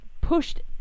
pushed